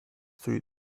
through